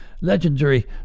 legendary